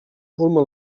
forma